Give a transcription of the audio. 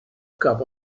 cup